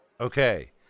Okay